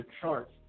charts